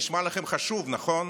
נשמע לכם חשוב, נכון?